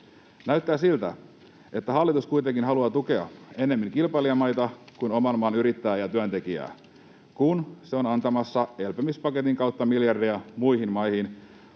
Näyttää siltä, että hallitus kuitenkin haluaa tukea ennemmin kilpailijamaita kuin oman maan yrittäjää ja työntekijää, kun se on antamassa elpymispaketin kautta miljardeja muihin maihin,